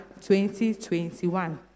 2021